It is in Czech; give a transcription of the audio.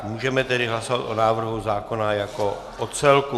Můžeme tedy hlasovat o návrhu zákona jako o celku.